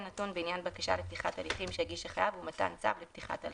נתון בעניין בקשה לפתיחת הליכים שהגיש החייב ומתן צו לפתיחת הליכים".